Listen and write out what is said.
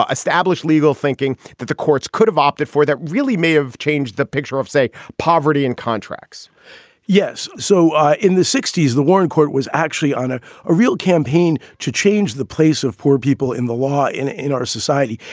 ah established legal thinking that the courts could have opted for that really may have changed the picture of, say, poverty and contracts yes. so ah in the sixty s, the warren court was actually on ah a real campaign to change the place of poor people in the law in in our society.